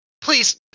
please